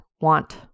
want